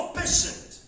patient